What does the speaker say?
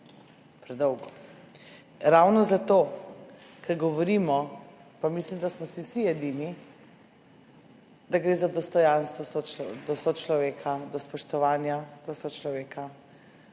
predolgo. Ravno zato, ker govorimo, pa mislim, da smo si vsi edini, da gre za dostojanstvo do sočloveka, spoštovanje do sočloveka